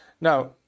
Now